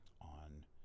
on